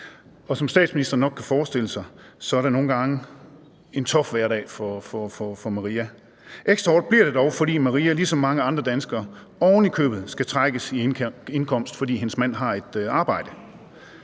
som statsministeren nok kan forestille sig, er det nogle gange en tough hverdag for Maria. Ekstra hårdt bliver det dog, fordi Maria ligesom mange andre danskere ovenikøbet skal trækkes i indkomst, fordi hendes mand har et arbejde.